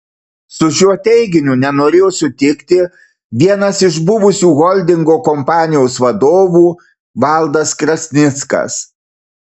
su šiuo teiginiu nenorėjo sutikti vienas iš buvusių holdingo kompanijos vadovų valdas krasnickas